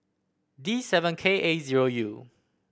D seven K A zero U